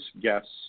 guests